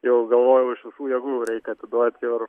jau galvojau iš visų jėgų reik atiduot ir